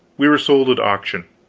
we were sold at auction,